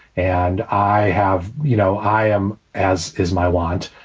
and i have you know, i am as is my want.